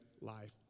life